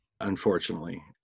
unfortunately